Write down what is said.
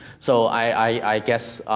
so i guess,